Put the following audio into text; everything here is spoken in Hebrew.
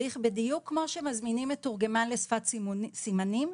בדיוק כמו שמזמינים מתורגמן לשפת סימנים,